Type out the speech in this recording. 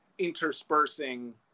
Interspersing